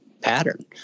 pattern